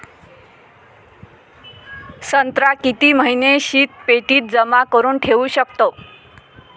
संत्रा किती महिने शीतपेटीत जमा करुन ठेऊ शकतो?